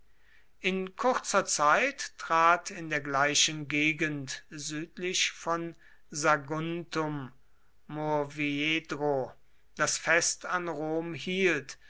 in kurzer zeit trat in der gleichen gegend südlich von saguntum murviedro das fest an rom hielt